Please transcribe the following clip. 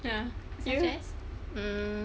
ya serious mm